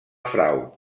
frau